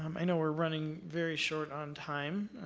um i know we're running very short on time.